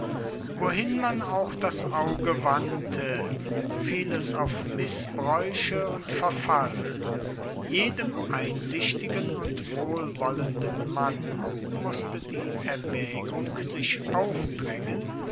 wohin man auch das auge wandte fiel es auf mißbräuche und verfall jedem einsichtigen und wohlwollenden mann mußte die erwägung sich aufdrängen